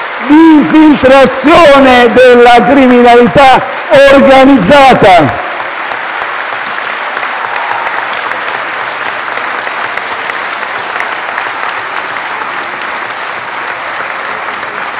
d'infiltrazione della criminalità organizzata.